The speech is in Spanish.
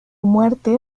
muerte